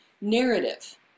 narrative